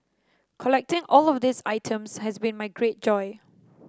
collecting all of these items has been my great joy